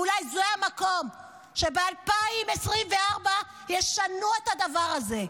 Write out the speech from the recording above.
ואולי זה המקום שב-2024 ישנו את הדבר הזה,